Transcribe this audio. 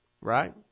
right